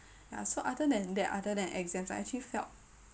ya so other than that other than exams I actually felt